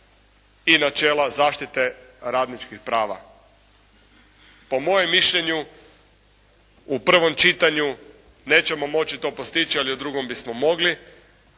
i načela zaštite radničkih prava. Po mojem mišljenju u prvom čitanju nećemo moći to postići ali u drugom bismo mogli.